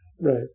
Right